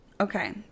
okay